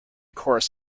corus